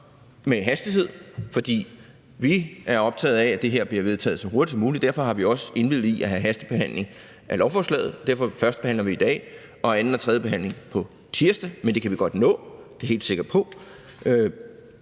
med hastighed, for vi er optaget af, at det her bliver vedtaget så hurtigt som muligt. Derfor har vi også indvilliget i at have en hastebehandling af lovforslaget; derfor førstebehandler vi i dag og har anden- og tredjebehandling på tirsdag. Det kan vi godt nå – det er vi helt sikre på.